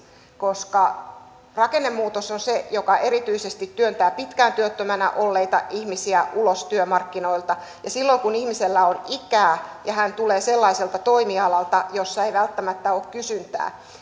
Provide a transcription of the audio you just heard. koska rakennemuutos on se mikä erityisesti työntää pitkään työttömänä olleita ihmisiä ulos työmarkkinoilta ja silloin kun ihmisellä on ikää ja hän tulee sellaiselta toimialalta jossa ei välttämättä ole kysyntää